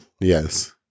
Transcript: Yes